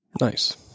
Nice